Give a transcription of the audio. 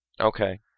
Okay